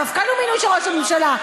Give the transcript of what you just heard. המפכ"ל הוא מינוי של ראש הממשלה,